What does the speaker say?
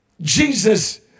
Jesus